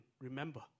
remember